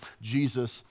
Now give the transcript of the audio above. Jesus